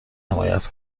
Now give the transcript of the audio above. حمایت